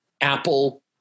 apple